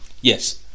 Yes